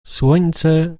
słońce